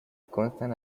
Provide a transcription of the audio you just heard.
constan